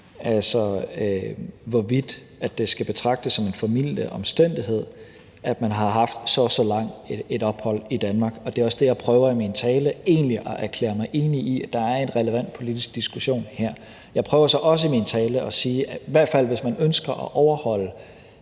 altså hvorvidt det skal betragtes som en formildende omstændighed, at man har haft så og så langt et ophold i Danmark. Det er egentlig også det, jeg i min tale prøver at erklære mig enig i, altså at der er en relevant politisk diskussion her. Jeg prøver så også i min tale at sige, at der er grænser for,